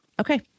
Okay